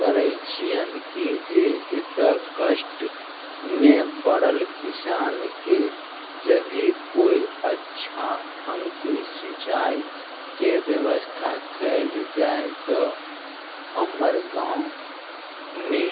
करै छिअनि कि जे एतऽ कष्टमे पड़ल किसानके यदि कोइ अच्छा ढङ्गके सिचाइके व्यवस्था कयल जाइ तऽ हमर गाँवमे